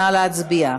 נא להצביע.